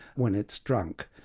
when it's drunk.